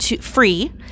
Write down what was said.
free